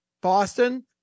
Boston